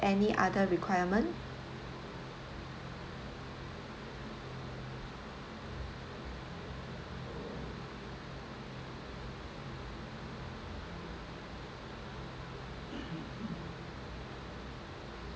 any other requirement